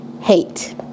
hate